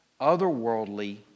otherworldly